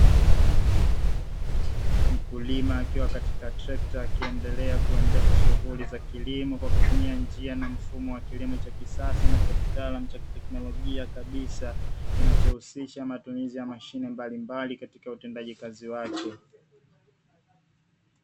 Mkulima akiwa katika trekta, akiendelea kuendesha shughuli za kilimo, kwa kutumia njia na mfumo wa kilimo cha kisasa na cha kitaalamu cha kiteknolojia kabisa, kinachohusisha matumizi ya mashine mbalimbali katika utendaji kazi wake.